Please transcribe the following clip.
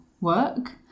work